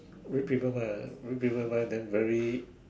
read people mind ah read people mind then very